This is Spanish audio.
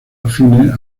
afines